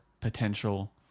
potential